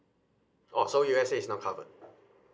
oh so U_S_A is not covered